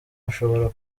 ashobora